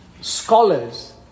scholars